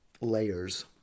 layers